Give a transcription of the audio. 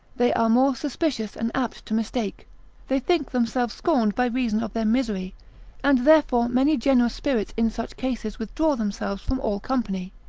they are more suspicious and apt to mistake they think themselves scorned by reason of their misery and therefore many generous spirits in such cases withdraw themselves from all company,